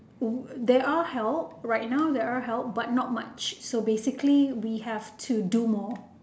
oh there are help right now there are help but not much so basically we have to do more